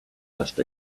must